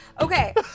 Okay